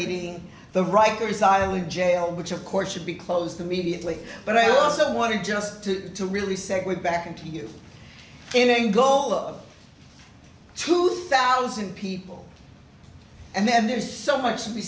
leading the rikers island jail which of course should be closed to mediately but i also want to just to really segue back into you in angola of two thousand people and then there's so much to be